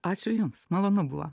ačiū jums malonu buvo